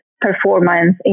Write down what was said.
performance